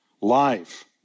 life